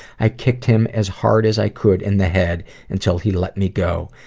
i kicked him as hard as i could in the head until he let me go.